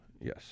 yes